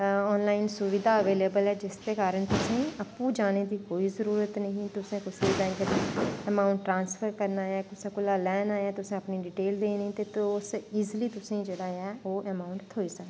online सुविधा available ऐ जिसदे कारण तुसें गी आपूं जाने दी कोई जरूरत नेईं तुसें कुसै बैंक दी अमाउंट ट्रांसफर करना ऐ कुसै कोला लैना ऐ तुसें अपनी डिटेल देनी ते ते ओह् इजिली तुसें गी जेह्ड़ा ऐ ओह् एमोंट थ्होई सकदा ऐ